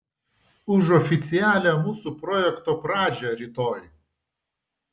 už oficialią mūsų projekto pradžią rytoj